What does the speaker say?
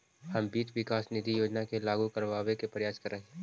हम वित्त विकास निधि योजना के लागू करबाबे के प्रयास करबई